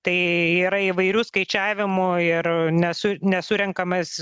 tai yra įvairių skaičiavimų ir nesu nesurenkamas